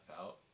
out